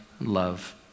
love